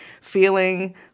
feeling